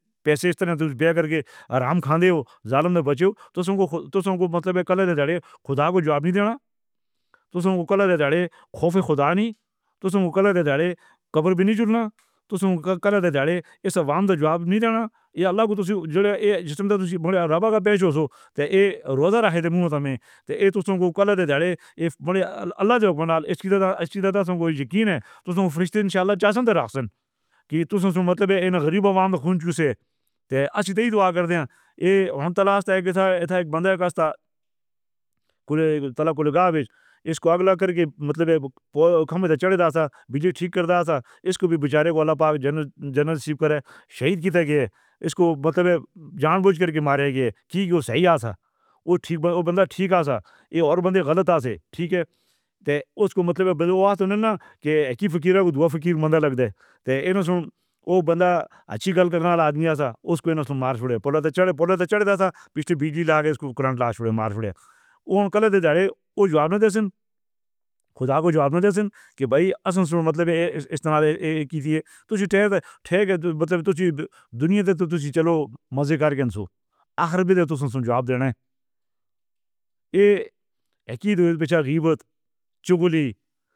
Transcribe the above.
پیسے کر کے رام دیو ظالم بچّوں تو انکو تو انکو مطلب خدا کو جواب نہیں دینا۔ تُس کَلَر خوف خدا نہیں تو کَلَر قبر بھی نہیں۔ چلنا تو ایس سوال کا جواب نہیں دینا۔ یہ اللہ کا تُسی جیسے رب کا بھیجو تو یہ روزانہ ہے تو منہ میں تو یہ تو انکو کل۔ اللہ جی دی خواہش سے تو فرشتے انشاء اللہ چاہندے نیں کہ تُس مطلب غریباں دا۔ شُوئے سے تو ہم تو اک ہی دعا کردے نیں، یہ ہمت اللہ سیا۔ اک واری اک بندے دا طلاق لیگا بھائی، ایسکو اگلا کر کے مطلب چڑھ جاندا سیا۔ بجلی ٹھیک کر دا سیا۔ ایسکو وی بیچارے کو اللہ پاک جنریشن کرے شہید کیتا گیا، ایسکو مطلب جان بوجھ کے مارا گیا۔ کیوں جو اوہ سہی اے صاحب۔ اوہ ٹھیک سیا، اوہ بندہ ٹھیک اے۔ صاحب یہ تے باقی بندے غلط سیے، ٹھیک اے۔ تو ایسکو مطلب اوہ نا کہ اک ہی فقیر فقیر مندر لگدے دیوݨ سے اوہ بندہ اچھی گلاں کرن والا آدمی سیا۔ ایسکو مار دتا۔ پہلے تو چڑھے دے چڑھ جاندا، پِچھوں بجلی لگ کے لاگے مار دتا۔ انہوں نے تو زیادہ جواب دے۔ ہُدا کو جواب ملے کہ بھئی مطلب یہ کسے دوست دی دنیا سے تو چلو۔ مزے کر کے۔ آخر تو سنجوب اے۔ یہ اکیلے پریشان ہوئے۔